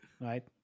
right